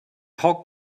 hog